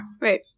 Right